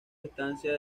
distancia